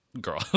girl